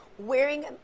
Wearing